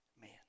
man